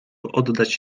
oddać